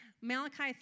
Malachi